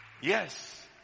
Yes